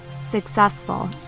successful